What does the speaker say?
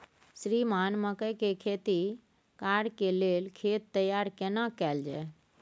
श्रीमान मकई के खेती कॉर के लेल खेत तैयार केना कैल जाए?